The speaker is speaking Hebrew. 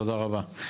תודה רבה.